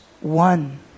one